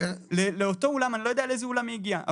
אני לא יודע לאיזה אולם היא הגיעה.